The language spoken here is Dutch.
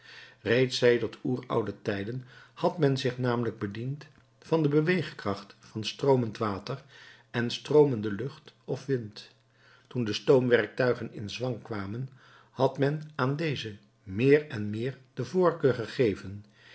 reeds sedert overoude tijden had men zich namelijk bediend van de beweegkracht van stroomend water en stroomende lucht of wind toen de stoomwerktuigen in zwang kwamen had men aan deze meer en meer de voorkeur gegeven